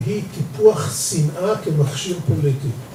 היא טיפוח שנאה כמכשיר פוליטי.